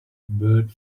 bird